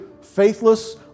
faithless